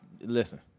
listen